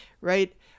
right